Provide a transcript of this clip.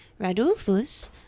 Radulfus